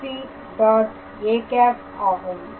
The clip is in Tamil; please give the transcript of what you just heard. â ஆகும்